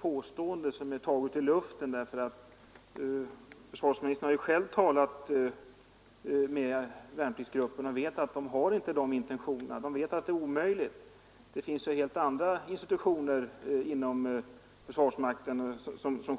Påståendet härom är bara gripet ur luften. Försvarsministern har ju själv talat med värnpliktsgruppen och vet att den inte har sådana intentioner. Den vet att det är omöjligt. Det finns helt andra institutioner inom försvaret som sköter sådana ärenden.